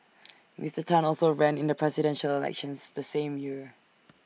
Mister Tan also ran in the Presidential Elections the same year